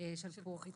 שלפוחיות